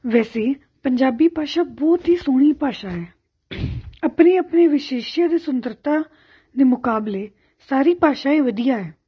ਵੈਸੇ ਪੰਜਾਬੀ ਭਾਸ਼ਾ ਬਹੁਤ ਹੀ ਸੋਹਣੀ ਭਾਸ਼ਾ ਹੈ ਆਪਣੀ ਆਪਣੀ ਵਿਸ਼ੇਸ਼ਯ ਅਤੇ ਸੁੰਦਰਤਾ ਦੇ ਮੁਕਾਬਲੇ ਸਾਰੀ ਭਾਸ਼ਾਏ ਵਧੀਆ ਹੈ